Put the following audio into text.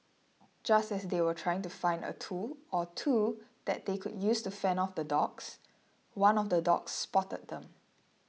just as they were trying to find a tool or two that they could use to fend off the dogs one of the dogs spotted them